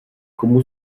komu